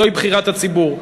זוהי בחירת הציבור.